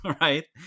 right